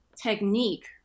technique